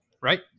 Right